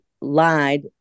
lied